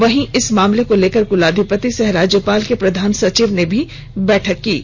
वहीं इस मामले को लेकर कुलाधिपति सह राज्यपाल के प्रधान सचिव ने भी बैठक की है